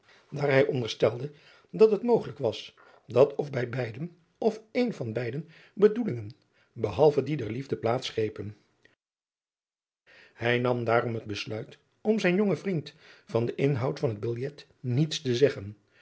daar hij onderstelde dat het mogelijk was dat of bij beiden of een van beiden bedoelingen behalve die der liefde plaats grepen hij nam daarom het besluit om zijn jongen vriend van den inhoud van het biljet niets te zeggen